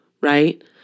Right